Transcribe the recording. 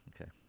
Okay